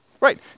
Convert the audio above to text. right